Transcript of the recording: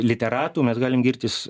literatų mes galim girtis